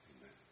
Amen